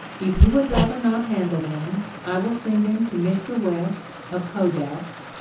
if you would rather not handle them i will send them to mr. west of kodak's,